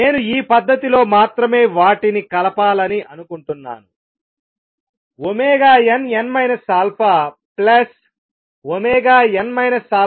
నేను ఈ పద్ధతిలో మాత్రమే వాటిని కలపాలని అనుకుంటున్నాను nn αn αn α β